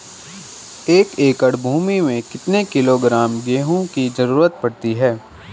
एक एकड़ भूमि के लिए कितने किलोग्राम गेहूँ की जरूरत पड़ती है?